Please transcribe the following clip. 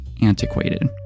antiquated